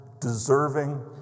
deserving